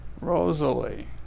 Rosalie